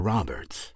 Roberts